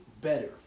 better